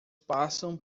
passam